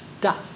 dot